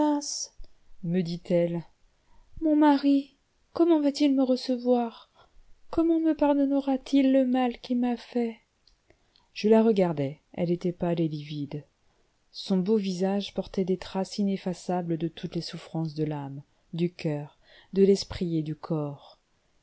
me dit-elle mon mari comment va-t-il me recevoir comment me pardonnera t il le mal qu'il m'a fait je la regardai elle était pâle et livide son beau visage portait des traces ineffaçables de toutes les souffrances de l'âme du coeur de l'esprit et du corps